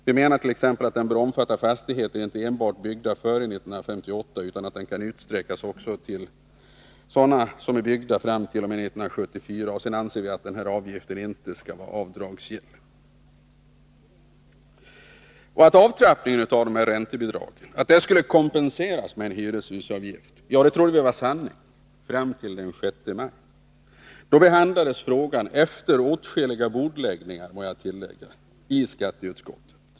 Vi menar att avgiften inte enbart bör omfatta fastigheter byggda före 1958 utan utsträckas till att omfatta sådana som är byggda fram till 1974. Vidare anser vi att avgiften inte bör vara avdragsgill. Att avtrappningen av räntebidragen skulle kompenseras med en hyreshusavgift trodde vi var sanning — fram till den 6 maj. Då behandlades frågan — efter åtskilliga bordläggningar — i skatteutskottet.